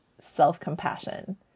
self-compassion